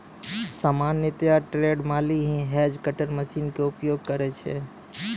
सामान्यतया ट्रेंड माली हीं हेज कटर मशीन के उपयोग करै छै